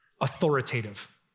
authoritative